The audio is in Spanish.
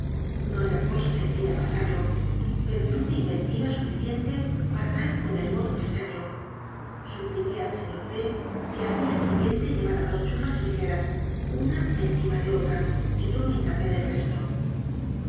no era cosa sencilla pasarlo pero tuve inventiva sufi ciente para dar con el modo de hacerlo supliqué al señor t que al día siguiente llevara dos chupas ligeras una encima de otra y yo me en cargué del resto